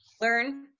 Learn